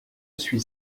suis